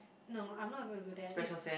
no I'm not going to do that it's